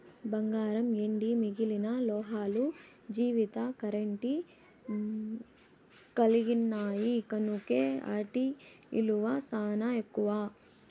బంగారం, ఎండి మిగిలిన లోహాలు జీవిత గారెంటీ కలిగిన్నాయి కనుకే ఆటి ఇలువ సానా ఎక్కువ